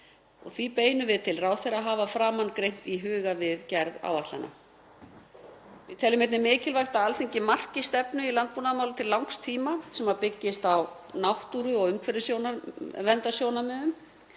á. Því beinum við því til ráðherra að hafa framangreint í huga við gerð áætlana. Við teljum einnig mikilvægt að Alþingi marki stefnu í landbúnaðarmálum til langs tíma sem byggist á náttúru- og umhverfisverndarsjónarmiðum,